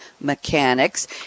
mechanics